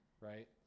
right